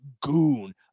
goon